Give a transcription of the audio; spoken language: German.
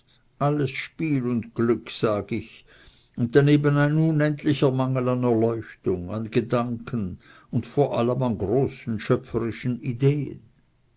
alles spiel und glück sag ich und daneben ein unendlicher mangel an erleuchtung an gedanken und vor allem an großen schöpferischen ideen